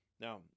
Now